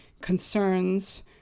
concerns